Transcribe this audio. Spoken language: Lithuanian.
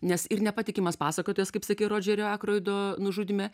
nes ir nepatikimas pasakotojas kaip sakei rodžerio akroido nužudyme